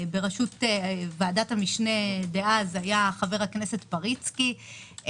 בראשות ועדת המשנה דאז היה חבר הכנסת פריצקי.